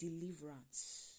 deliverance